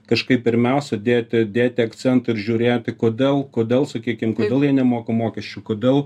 kažkaip pirmiausia dėti dėti akcentą ir žiūrėti kodėl kodėl sakykim kodėl jie nemoka mokesčių kodėl